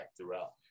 throughout